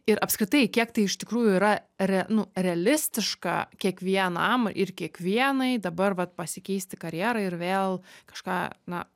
ir apskritai kiek tai iš tikrųjų yra re nu realistiška kiekvienam ir kiekvienai dabar vat pasikeisti karjerą ir vėl kažką na